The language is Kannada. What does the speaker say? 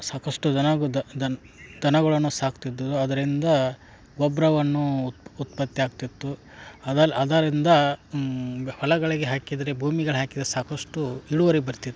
ಸಾಕಷ್ಟು ದನ ದನ ದನಗಳನ್ನು ಸಾಕ್ತಿದ್ದರು ಅದರಿಂದ ಗೊಬ್ರವನ್ನು ಉತ್ ಉತ್ಪತ್ತಿ ಆಗ್ತಿತ್ತು ಅದ್ರಲ್ ಅದರಿಂದ ಗ ಹೊಲಗಳಿಗೆ ಹಾಕಿದರೆ ಭೂಮಿಗಳು ಹಾಕಿದ್ರೆ ಸಾಕಷ್ಟು ಇಳುವರಿ ಬರ್ತಿತ್ತು